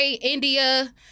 India